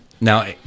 Now